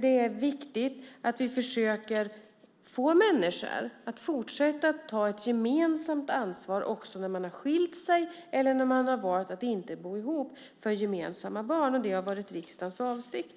Det är viktigt att vi försöker få människor att fortsätta ta ett gemensamt ansvar för gemensamma barn också när de har skilt sig eller när de har valt att inte bo ihop, och det har varit riksdagens avsikt.